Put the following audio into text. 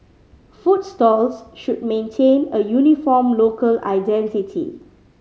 food stalls should maintain a uniform local identity